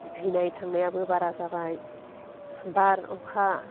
थैनाय थांनायाबो बारा जाबाय बार अखा